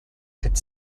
could